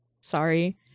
sorry